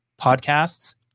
podcasts